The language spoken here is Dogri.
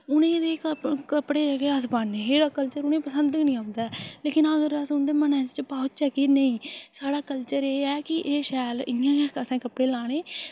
हून कपड़े गै जेह्ड़े अस पान्ने एह् जेहा कल्चर उ'नेंगी पसंद गै निं औंदा ऐ लेकिन अगर अस उं'दे मनै च पाई ओड़चै कि नेईं साढ़ा कल्चर एह् ऐ कि एह् शैल इ'यां गै असें कपड़े लाने